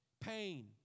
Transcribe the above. pain